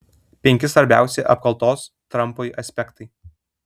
penki svarbiausi apkaltos trampui aspektai